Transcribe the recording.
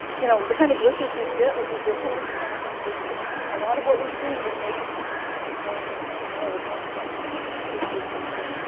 you know. the kind of glitches you'd get would be different than the kind of things we're seeing. a lot of what we're seeing is making more sense, and we'll talk about that this weekend too.